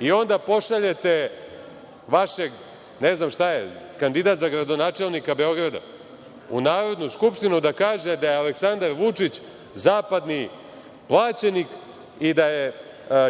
I onda pošaljete vašeg, ne znam šta je, kandidat za gradonačelnika Beograda, u Narodnu skupštinu da kaže da je Aleksandar Vučić zapadni plaćenik i da je